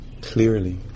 Clearly